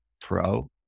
pro